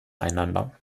einander